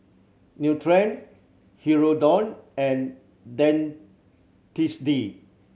Nutren Hirudoid and Dentiste